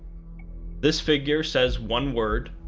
this figure says one word,